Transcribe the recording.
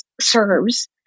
serves